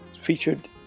Featured